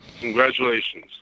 Congratulations